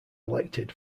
elected